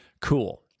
cool